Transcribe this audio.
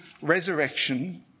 resurrection